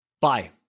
Bye